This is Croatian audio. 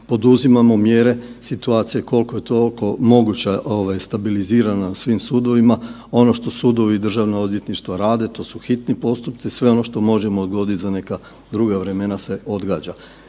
poduzimamo mjere situacije koliko toliko moguća ovaj stabilizirana na svim sudovima. Ono što sudovi i državna odvjetništva rade to su hitni postupci, sve ono što možemo odgoditi za neka druga vremena se odgađa.